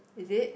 is it